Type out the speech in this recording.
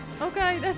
Okay